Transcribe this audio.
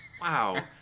Wow